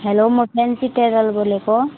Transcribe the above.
hello म fancy tailor बोलेको